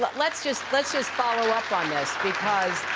but let's just let's just follow up on this, because,